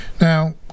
Now